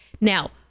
Now